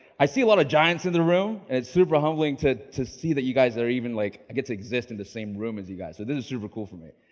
i see a lot of giants in the room. and it's super humbling to to see that you guys are even like, i get to exist in the same room as you guys. so this is super cool for me.